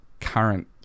current